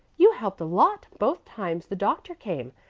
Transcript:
you helped a lot both times the doctor came,